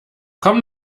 komm